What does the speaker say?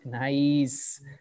Nice